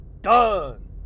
done